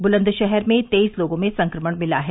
बुलंदशहर में तेईस लोगों में संक्रमण मिला है